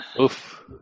Oof